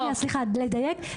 סליחה, אני רק רוצה לדייק.